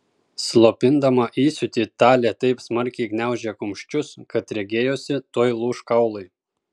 slopindama įsiūtį talė taip smarkiai gniaužė kumščius kad regėjosi tuoj lūš kaulai